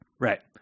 Right